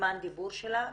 זמן הדיבור שלה,